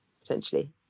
potentially